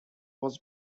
was